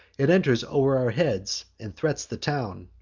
it enters o'er our heads, and threats the town.